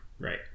right